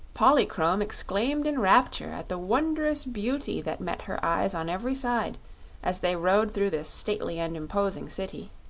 polychrome exclaimed in rapture at the wondrous beauty that met her eyes on every side as they rode through this stately and imposing city,